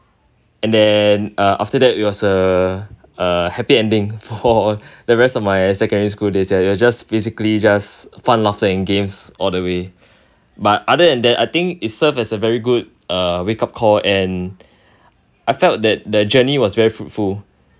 and then uh after that it was a uh happy ending for the rest of my secondary school days yeah it was just basically just fun laughter and games all the way but other than that I think it serves as a very good uh wake up call and I felt that that journey was very fruitful